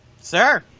sir